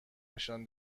نشان